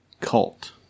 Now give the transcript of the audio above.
cult